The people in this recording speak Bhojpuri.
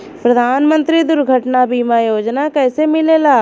प्रधानमंत्री दुर्घटना बीमा योजना कैसे मिलेला?